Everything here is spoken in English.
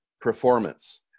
performance